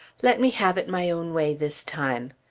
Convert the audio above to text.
let me have it my own way this time.